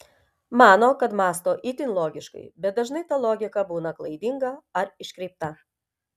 mano kad mąsto itin logiškai bet dažnai ta logika būna klaidinga ar iškreipta